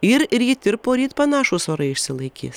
ir ryt ir poryt panašūs orai išsilaikys